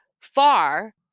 far